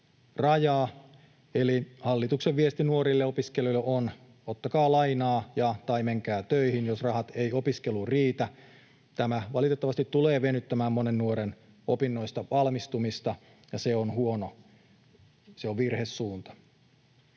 rajaa, eli hallituksen viesti nuorille opiskelijoille on: ottakaa lainaa ja/tai menkää töihin, jos rahat eivät opiskeluun riitä. Tämä valitettavasti tulee venyttämään monen nuoren opinnoista valmistumista, ja se on virhesuunta.